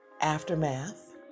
Aftermath